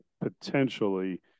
potentially